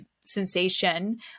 sensation